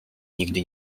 nigdy